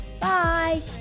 Bye